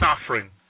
suffering